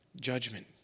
Judgment